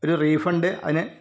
ഒരു റീഫണ്ട് അതിന്